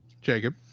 Jacob